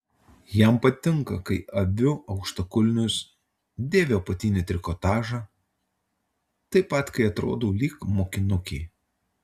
jam patinka kai aviu aukštakulnius dėviu apatinį trikotažą taip pat kai atrodau lyg mokinukė